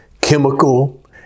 chemical